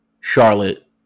Charlotte